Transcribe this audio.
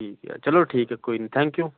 ਠੀਕ ਆ ਚਲੋ ਠੀਕ ਆ ਕੋਈ ਨਹੀਂ ਥੈਂਕ ਯੂ